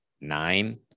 nine